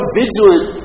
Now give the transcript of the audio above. vigilant